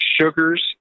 sugars